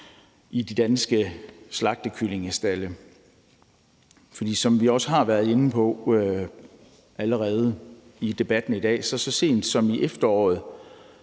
i de danske slagtekyllingstalde. Som vi også har været inde på allerede i debatten i dag, måtte landets største